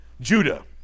Judah